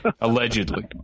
Allegedly